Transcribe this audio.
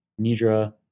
nidra